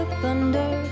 thunder